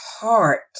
heart